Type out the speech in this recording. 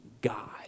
God